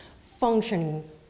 functioning